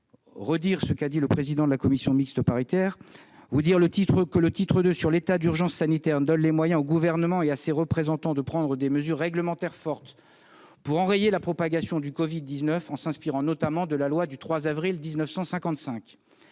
je voudrais, à la suite du président de la commission mixte paritaire, revenir sur quelques mesures de ce texte. Le titre II sur l'état d'urgence sanitaire donne les moyens au Gouvernement et à ses représentants de prendre des mesures réglementaires fortes pour enrayer la propagation du Covid-19, en s'inspirant notamment de la loi du 3 avril 1955.